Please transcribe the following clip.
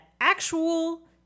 actual